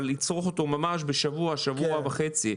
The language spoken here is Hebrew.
אבל לצרוך אותו ממש בשבוע-שבוע וחצי,